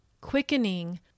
quickening